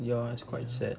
ya it's quite sad